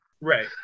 Right